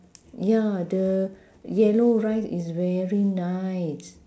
ya the yellow rice is very nice